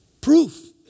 proof